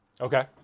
Okay